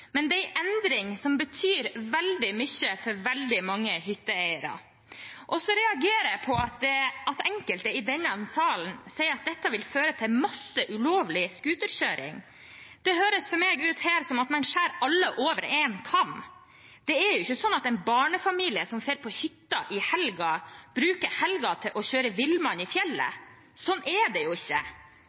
men det er en endring som betyr veldig mye for veldig mange hytteeiere. Jeg reagerer på at enkelte i denne salen sier at dette vil føre til masse ulovlig scooterkjøring. Det høres for meg ut som om man skjærer alle over en kam. Det er ikke sånn at en barnefamilie som drar på hytta i helga, bruker helga til å kjøre villmann i fjellet – sånn er det ikke.